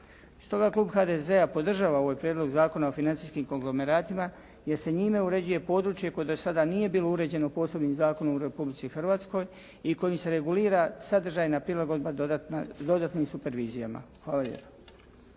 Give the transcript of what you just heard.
Stoga klub HDZ-a podržava ovaj Prijedlog zakona o financijskim konglomeratima jer se njime uređuje područje koje do sada nije bilo uređeno posebnim zakonom u Republici Hrvatskoj i kojim se regulira sadržajna prilagodba dodatnim supervizijama. Hvala